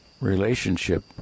relationship